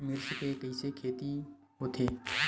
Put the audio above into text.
मिर्च के कइसे खेती होथे?